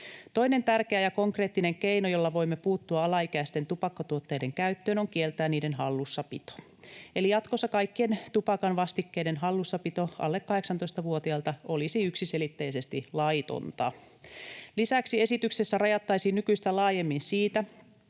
Toinen tärkeä ja konkreettinen keino, jolla voimme puuttua alaikäisten tupakkatuotteiden käyttöön, on kieltää niiden hallussapito. Eli jatkossa kaikkien tupakan vastikkeiden hallussapito alle 18-vuotiailta olisi yksiselitteisesti laitonta. Lisäksi esityksessä rajattaisiin nykyistä laajemmin siitä,